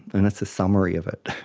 and that's the summary of it.